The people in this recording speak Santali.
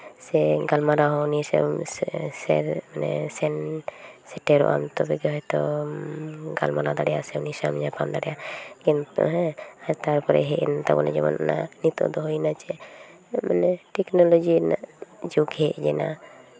ᱥᱮ ᱜᱟᱞᱢᱟᱨᱟᱣ ᱦᱚᱸ ᱩᱱᱤ ᱥᱟᱶ ᱥᱮ ᱢᱟᱱᱮ ᱥᱮᱱ ᱥᱮᱴᱮᱨᱚᱜ ᱟᱢ ᱛᱚᱵᱮ ᱜᱮ ᱦᱚᱭᱛᱳ ᱜᱟᱞᱢᱟᱨᱟᱣ ᱫᱟᱲᱮᱭᱟᱜᱼᱟ ᱥᱮ ᱩᱱᱤ ᱥᱟᱝ ᱧᱟᱯᱟᱢ ᱫᱟᱲᱮᱭᱟᱜᱼᱟ ᱧᱮᱞᱯᱮ ᱛᱟᱨᱯᱚᱨᱮ ᱦᱮᱡ ᱮᱱ ᱛᱟᱵᱚᱱᱟ ᱚᱱᱟ ᱱᱤᱛᱚᱜ ᱫᱚ ᱦᱩᱭᱱᱟ ᱪᱮᱫ ᱢᱟᱱᱮ ᱴᱮᱠᱱᱳᱞᱚᱡᱤ ᱨᱮᱱᱟᱜ ᱡᱩᱜᱽ ᱦᱮᱱ ᱮᱱᱟ